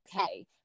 okay